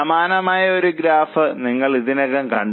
സമാനമായ ഒരു ഗ്രാഫ് നമ്മൾ ഇതിനകം കണ്ടു